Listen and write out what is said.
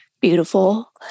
beautiful